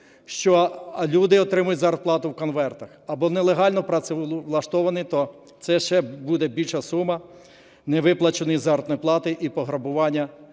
що люди отримують зарплату у конвертах або нелегально працевлаштовані, то це ще буде більша сума невиплаченої заробітної плати і пограбування